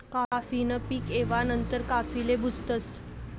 काफी न पीक येवा नंतर काफीले भुजतस